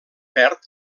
perd